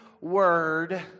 word